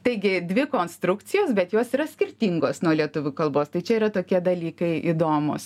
taigi dvi konstrukcijos bet jos yra skirtingos nuo lietuvių kalbos tai čia yra tokie dalykai įdomūs